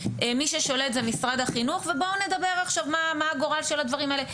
מי ששולט זה משרד החינוך ובואו נדבר עכשיו מה הגורל של הדברים האלה.